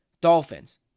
Dolphins